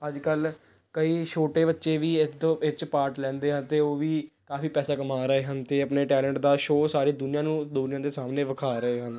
ਅੱਜ ਕੱਲ੍ਹ ਕਈ ਛੋਟੇ ਬੱਚੇ ਵੀ ਇਤੋ ਇਹ 'ਚ ਪਾਟ ਲੈਂਦੇ ਹਨ ਅਤੇ ਉਹ ਵੀ ਕਾਫੀ ਪੈਸਾ ਕਮਾ ਰਹੇ ਹਨ ਅਤੇ ਆਪਣੇ ਟੈਲੈਂਟ ਦਾ ਸ਼ੋ ਸਾਰੀ ਦੁਨੀਆ ਨੂੰ ਦੁਨੀਆ ਦੇ ਸਾਹਮਣੇ ਵਿਖਾ ਰਹੇ ਹਨ